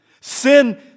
Sin